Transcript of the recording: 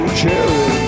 cherry